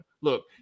Look